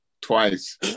twice